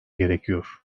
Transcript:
gerekiyor